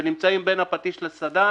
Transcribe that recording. ונמצאים בין הפטיש לסדן,